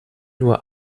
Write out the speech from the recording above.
nur